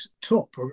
top